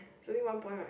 only one point right